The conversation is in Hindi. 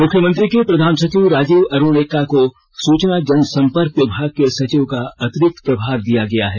मुख्यमंत्री के प्रधान सचिव राजीव अरूण एक्का को सूचना जनसंपर्क विभाग के सचिव का अतिरिक्त प्रभार दिया गया है